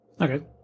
Okay